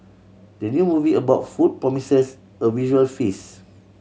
the new movie about food promises a visual feast